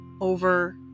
over